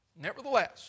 Nevertheless